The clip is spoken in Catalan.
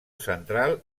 central